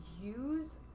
use